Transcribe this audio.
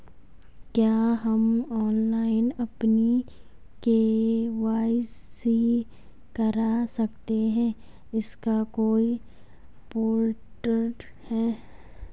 क्या हम ऑनलाइन अपनी के.वाई.सी करा सकते हैं इसका कोई पोर्टल है?